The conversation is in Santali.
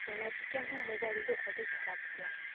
ᱚᱱᱟ ᱪᱤᱠᱟᱹ ᱦᱚᱸ ᱢᱚᱵᱟᱭᱤᱞ ᱫᱚ ᱟᱹᱰᱤ ᱠᱷᱟᱨᱟᱯ ᱜᱮᱭᱟ